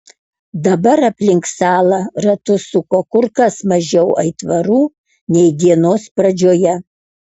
dabar aplink salą ratus suko kur kas mažiau aitvarų nei dienos pradžioje